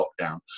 lockdown